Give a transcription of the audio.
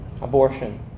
Abortion